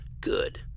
Good